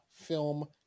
film